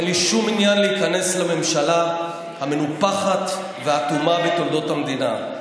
אין לי שום עניין להיכנס לממשלה המנופחת והאטומה בתולדות המדינה,